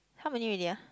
how many already ah